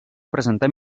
presentar